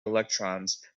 electrons